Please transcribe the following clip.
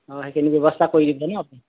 অঁ সেইখিনি ব্যৱস্থা কৰি দিব ন আপুনি